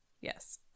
Yes